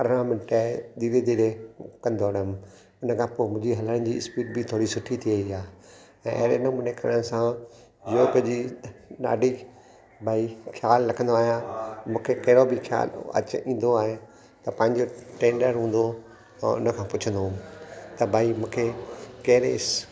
अरड़हां मिंट धीरे धीरे कंदो रहियमि हुन खां पोइ मुंहिंजी हलण जी स्पीड बि थोरी सुठी थी वेई आहे ऐं अहिड़े नमूंने करण सां योग जी ॾाढी भाई ख़्यालु रखंदो आहियां मूंखे कहिड़ो बि ख़्यालु अचे ईंदो आहे त पंहिंजो टेंडर हूंदो मां हुन खां पुछंदो हुअमि त भाई मूंखे कहिड़े